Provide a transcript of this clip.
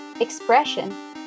expression